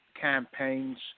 campaigns